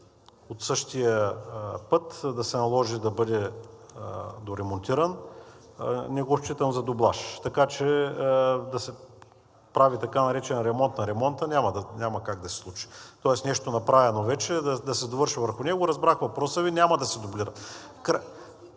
от същия път да се наложи да бъде доремонтиран не го считам за дублаж. Така че да се прави така наречен ремонт на ремонта, няма как да се случи, тоест нещо направено вече да се довършва върху него. Разбрах въпроса Ви, няма да се дублира.